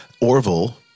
Orville